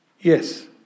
Yes